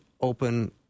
open